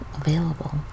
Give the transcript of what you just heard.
available